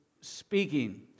speaking